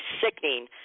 sickening